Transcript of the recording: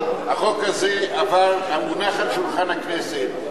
החוק הזה המונח על שולחן הכנסת,